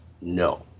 no